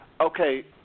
okay